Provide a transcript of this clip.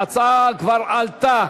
ההצעה כבר עלתה.